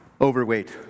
overweight